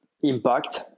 impact